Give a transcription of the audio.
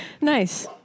Nice